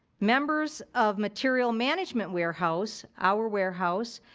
members of material management warehouse, our warehouse,